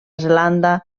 zelanda